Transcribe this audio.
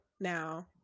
now